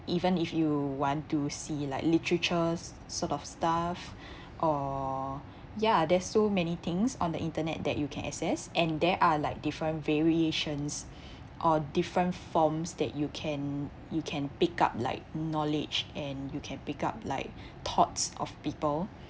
even if you want to see like literatures sort of stuff or ya there's so many things on the internet that you can access and there are like different variations or different forms that you can you can pick up like knowledge and you can pick up like thoughts of people